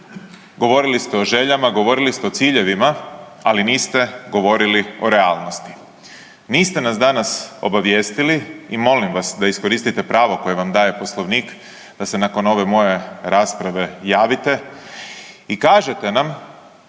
govorili ste o željama, govorili ste o ciljevima, ali niste govorili o realnosti. Niste nas danas obavijestili i molim vas da iskoristite pravo koje vam daje Poslovnik da se nakon ove moje rasprave javite i kažete nam